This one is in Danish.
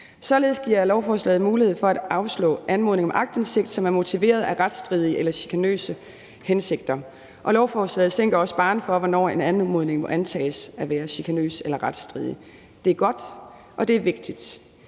rigtig godt. Lovforslaget giver mulighed for at afslå anmodning om aktindsigt, som er motiveret af retsstridige eller chikanøse hensigter. Og lovforslaget sænker også barren for, hvornår en anmodning må antages at være chikanøs eller retsstridig. Det er godt, og det er vigtigt,